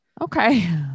Okay